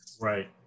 Right